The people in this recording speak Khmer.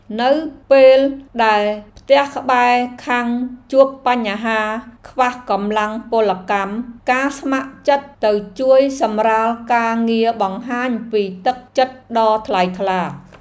នៅពេលដែលផ្ទះក្បែរខាងជួបបញ្ហាខ្វះកម្លាំងពលកម្មការស្ម័គ្រចិត្តទៅជួយសម្រាលការងារបង្ហាញពីទឹកចិត្តដ៏ថ្លៃថ្លា។